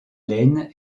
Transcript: laine